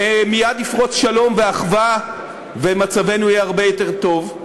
מייד יפרצו שלום ואחווה ומצבנו יהיה הרבה יותר טוב.